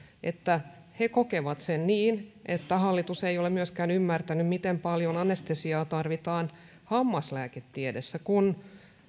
että he kokevat sen niin että hallitus ei ole myöskään ymmärtänyt miten paljon anestesiaa tarvitaan hammaslääketieteessä kun